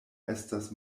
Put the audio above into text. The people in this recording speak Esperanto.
estas